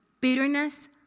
bitterness